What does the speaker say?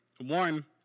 One